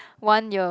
one year